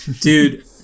Dude